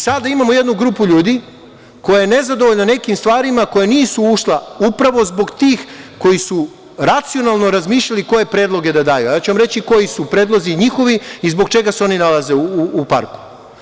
Sada imamo jednu grupu ljudi koja je nezadovoljna nekim stvarima koja nisu ušla upravo zbog tih koji su racionalno razmišljali koje predloge da daju, a ja ću vam reći koji su predlozi njihovi i zbog čega se oni nalaze u parku.